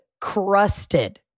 crusted